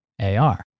AR